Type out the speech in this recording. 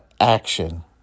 action